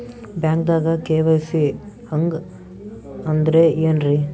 ಬ್ಯಾಂಕ್ದಾಗ ಕೆ.ವೈ.ಸಿ ಹಂಗ್ ಅಂದ್ರೆ ಏನ್ರೀ?